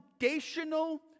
foundational